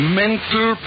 mental